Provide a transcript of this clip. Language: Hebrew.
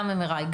גם MRI,